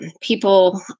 people